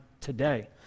today